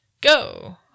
go